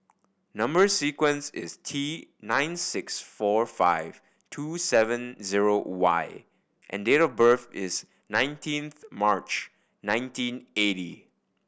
number sequence is T nine six four five two seven zero Y and date of birth is nineteenth March nineteen eighty